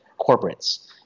corporates